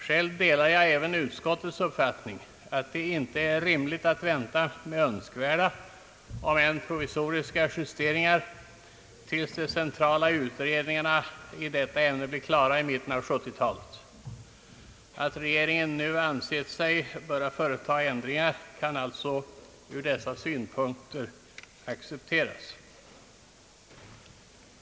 Själv delar jag även utskottets uppfattning att det inte är rimligt att vänta med önskvärda — om än provisoriska — justeringar tills de centrala utredningarna i detta ämne blir klara i mitten av 1970-talet. Att regeringen nu ansett sig böra företa ändringar kan alltså ur dessa synpunkter accepteras.